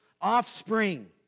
offspring